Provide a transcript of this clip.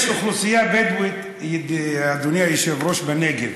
יש אוכלוסייה בדואית, אדוני היושב-ראש, בנגב,